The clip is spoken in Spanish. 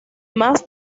más